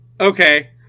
Okay